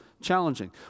challenging